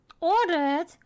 ordered